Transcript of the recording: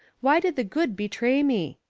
why did the good betray me?